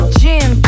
gym